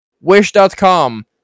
wish.com